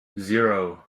zero